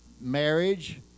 marriage